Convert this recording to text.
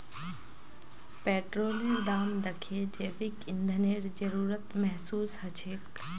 पेट्रोलेर दाम दखे जैविक ईंधनेर जरूरत महसूस ह छेक